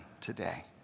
today